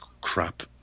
crap